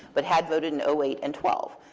but had voted in um eight and twelve.